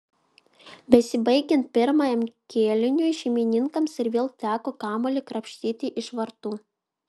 besibaigiant pirmajam kėliniui šeimininkams ir vėl teko kamuolį krapštyti iš vartų